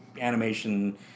animation